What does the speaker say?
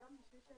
אנחנו נגיש את